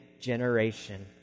generation